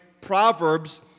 proverbs